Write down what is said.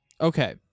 Okay